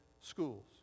schools